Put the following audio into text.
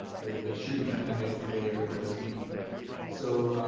that should be coming out maybe today or or this week so